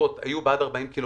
מהאזעקות היו במרחק של עד 40 ק"מ,